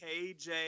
KJ